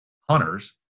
hunters